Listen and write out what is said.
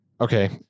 Okay